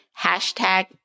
hashtag